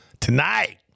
tonight